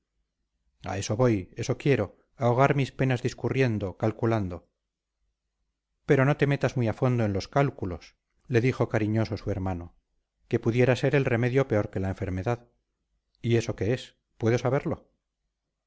a eso voy eso quiero ahogar mis penas discurriendo calculando pero no te metas muy a fondo en los cálculos le dijo cariñoso su hermano que pudiera ser el remedio peor que la enfermedad y eso qué es puedo saberlo